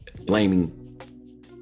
blaming